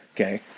Okay